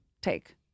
take